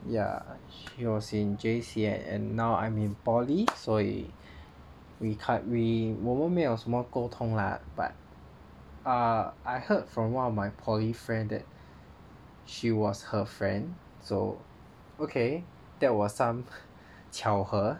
ya she was in J_C and and now I'm in poly 所以 we can't we 我们没有什么沟通 lah but uh I heard from one of my poly friend that she was her friend so okay that was some 巧合